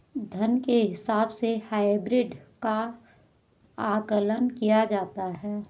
धन के हिसाब से हाइब्रिड का आकलन किया जाता है